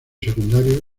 secundarios